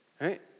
right